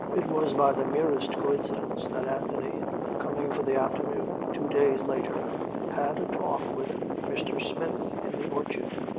it was by the merest coincidence that anthony coming for the afternoon two days later had a talk with mr. smith in the orchard.